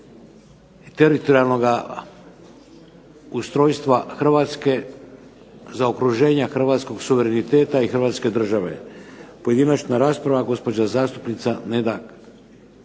teritorijalnoga ustrojstva Hrvatske, zaokruženja hrvatskog suvereniteta i Hrvatske države. Pojedinačna rasprava, gospođa zastupnica Neda